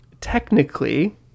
technically